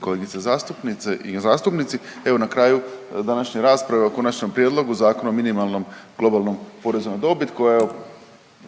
kolegica zastupnice i zastupnici evo na kraju današnje rasprave o Konačnom prijedlogu Zakona o minimalnom globalnom porezu na dobit